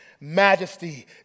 majesty